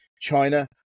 China